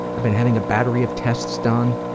i've been having a battery of tests done.